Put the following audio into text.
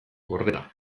gordeta